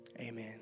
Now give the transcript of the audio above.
Amen